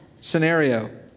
scenario